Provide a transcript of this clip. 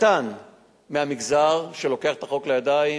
קטן מהמגזר, שלוקח את החוק לידיים